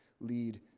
lead